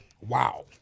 Wow